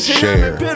share